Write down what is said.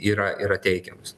yra yra teikiamos